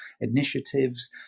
initiatives